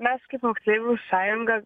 mes kaip moksleivių sąjunga